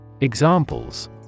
Examples